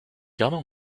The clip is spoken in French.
carnet